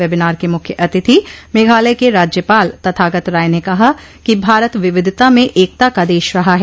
webinar के मुख्य अतिथि मेघालय के राज्यपाल तथागत राय ने कहा कि भारत विविधता में एकता का देश रहा है